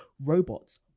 robots